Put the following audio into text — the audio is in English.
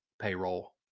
payroll